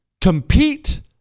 compete